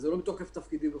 וזה לא מתוקף תפקידי וכו',